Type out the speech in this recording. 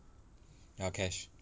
ya cash